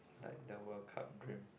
like the World Cup dream